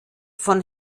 von